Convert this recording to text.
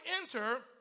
enter